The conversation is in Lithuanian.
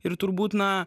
ir turbūt na